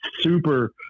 super